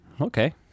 okay